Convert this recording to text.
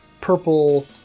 purple